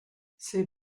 c’est